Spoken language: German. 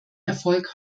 erfolg